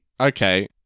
Okay